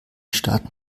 staaten